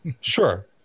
sure